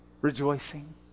Rejoicing